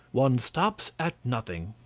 one stops at nothing.